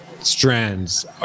strands